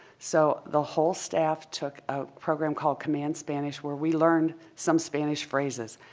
so the whole staff took a program called command spanish where we learned some spanish phrases.